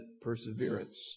perseverance